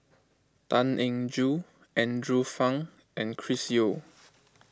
Tan Eng Joo Andrew Phang and Chris Yeo